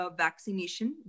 vaccination